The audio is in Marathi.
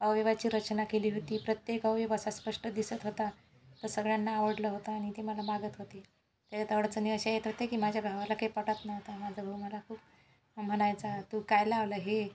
अवयवाची रचना केली होती प्रत्येक अवयव असा स्पष्ट दिसत होता तर सगळ्यांना आवडलं होता आणि ते मला मागत होते त्यायात अडचणी अशा येत होत्या की माझ्या भावाला काही पटत नव्हतं माझा भाऊ मला खूप म्हणायचा तू काय लावलं हे